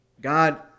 God